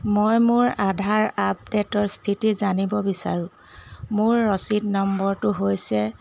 মই মোৰ আধাৰ আপডে'টৰ স্থিতি জানিব বিচাৰোঁ মোৰ ৰচিদ নম্বৰটো হৈছে